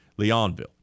Leonville